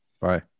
Bye